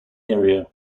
area